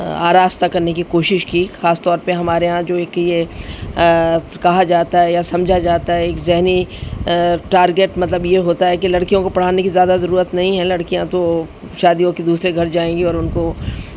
آراستہ کرنے کی کوشش کی خاص طور پہ ہمارے یہاں جو ایک یہ کہا جاتا ہے یا سمجھا جاتا ہے ایک ذہنی ٹارگیٹ مطلب یہ ہوتا ہے کہ لڑکیوں کو پڑھانے کی زیادہ ضرورت نہیں ہے لڑکیاں تو شادیوں کی دوسرے گھر جائیں گی اور ان کو